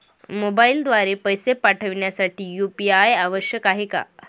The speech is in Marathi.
मोबाईलद्वारे पैसे पाठवण्यासाठी यू.पी.आय आवश्यक आहे का?